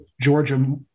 Georgia